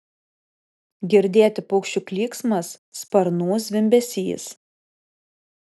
girdėti paukščių klyksmas sparnų zvimbesys